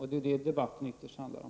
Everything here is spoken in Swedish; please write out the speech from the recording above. Det är detta debatten ytterst handlar om.